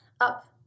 up